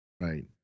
Right